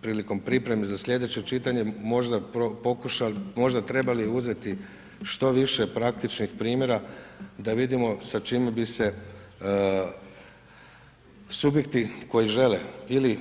prilikom pripreme za slijedeće čitanje, možda pokušali, možda trebali uzeti što više praktičnih primjera da vidimo sa čime bi se subjekti koji žele ili